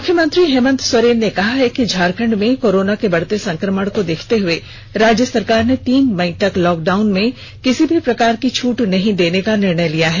मुख्यमंत्री हेमंत सोरेन ने कहा है कि झारखंड में कोरोना के बढ़ते संकमण को देखते हुये राज्य सरकार ने तीन मई तक लॉकडाउन में किसी भी प्रकार की छूट नहीं देने का निर्णय लिया है